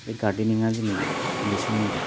बे गारदेनिंआ जोंनि उन्दै समनि